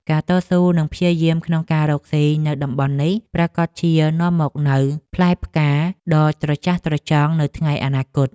ការតស៊ូនិងព្យាយាមក្នុងការរកស៊ីនៅតំបន់នេះប្រាកដជានាំមកនូវផ្លែផ្កាដ៏ត្រចះត្រចង់នៅថ្ងៃអនាគត។